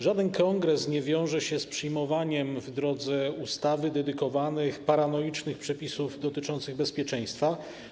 Żaden kongres nie wiąże się z przyjmowaniem w drodze ustawy dedykowanych paranoicznych przepisów dotyczących bezpieczeństwa.